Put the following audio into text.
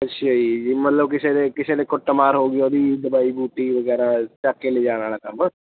ਅੱਛਿਆ ਜੀ ਜੀ ਕਮਤਲਬ ਕਿਸੇ ਦੇ ਕਿਸੇ ਨੇ ਕੁੱਟਮਾਰ ਹੋ ਗਈ ਉਹਦੀ ਦਵਾਈ ਬੂਟੀ ਵਗੈਰਾ ਚੁੱਕ ਕੇ ਲੈ ਜਾਣ ਵਾਲਾ ਕੰਮ